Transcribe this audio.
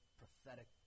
prophetic